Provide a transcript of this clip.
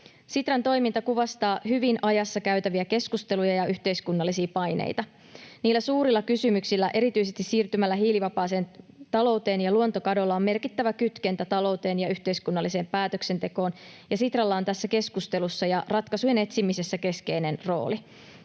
Sitran toiminta kuvastaa hyvin ajassa käytäviä keskusteluja ja yhteiskunnallisia paineita. Niillä suurilla kysymyksillä, erityisesti siirtymällä hiilivapaaseen talouteen ja luontokadolla, on merkittävä kytkentä talouteen ja yhteiskunnalliseen päätöksentekoon, ja Sitralla on tässä keskustelussa ja ratkaisujen etsimisessä keskeinen rooli.